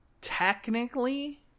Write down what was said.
technically